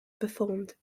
performed